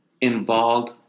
involved